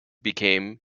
became